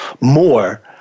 more